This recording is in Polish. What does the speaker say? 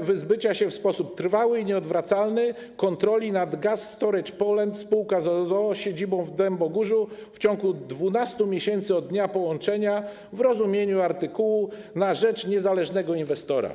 wyzbycia się w sposób trwały i nieodwracalny kontroli nad Gas Storage Poland sp. z o.o. z siedzibą w Dębogórzu w ciągu 12 miesięcy od dnia połączenia w rozumieniu odpowiedniego artykułu na rzecz niezależnego inwestora.